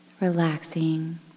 Relaxing